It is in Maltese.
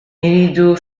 iridu